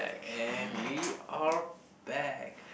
and we are back